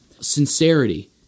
sincerity